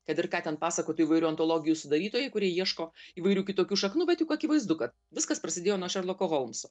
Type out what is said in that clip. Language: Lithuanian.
kad ir ką ten pasakotų įvairių antologijų sudarytojai kurie ieško įvairių kitokių šaknų bet juk akivaizdu kad viskas prasidėjo nuo šerloko holmso